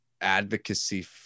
advocacy